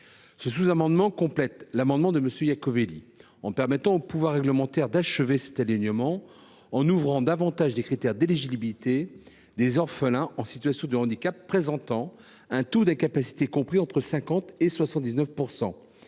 Ce sous amendement vise à compléter l’amendement de M. Iacovelli en permettant au pouvoir réglementaire d’achever cet alignement en ouvrant davantage les critères d’éligibilité des orphelins en situation de handicap présentant un taux d’incapacité compris entre 50 % et 79